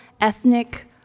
ethnic